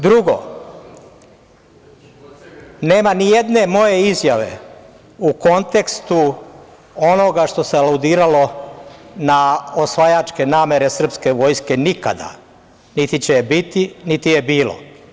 Drugo, nema nijedne moje izjave u kontekstu onoga što se aludiralo na osvajačke namere srpske vojske, nikada, niti će biti, niti je bilo.